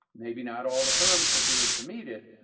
maybe not all the firms will be able to meet it,